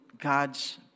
God's